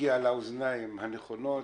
הגיע לאוזניים הנכונות.